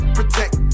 protect